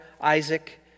Isaac